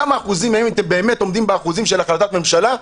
כמה אחוזים מהם באמת עומדים באחוזים של החלטת הממשלה,